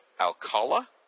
Alcala